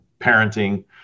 parenting